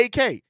AK